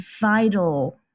vital